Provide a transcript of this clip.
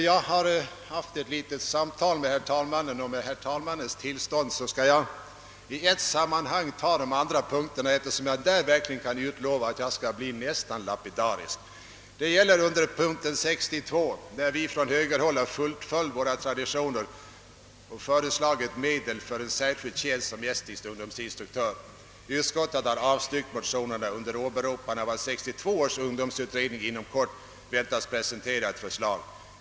Jag har haft ett litet samtal med herr talmannen, och med hans tillstånd skall jag i ett sammanhang ta upp de andra punkterna eftersom jag där skall bli nästan lapidarisk. Vad gäller punkt 62 har vi från högerhåll följt våra traditioner och föreslagit medel för en särskild tjänst som estnisk ungdomsinstruktör. Utskottet har avstyrkt motionerna under åberopande av att 1962 års ungdomsutredning inom kort väntas presentera ett förslag.